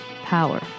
Power